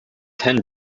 ten